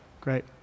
great